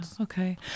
okay